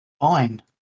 Fine